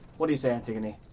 what do you say, antigone?